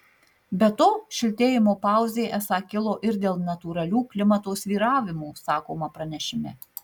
be to šiltėjimo pauzė esą kilo ir dėl natūralių klimato svyravimų sakoma pranešime